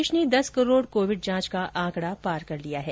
देश ने दस करोड़ कोविड जांच का आंकड़ा पार कर लिया है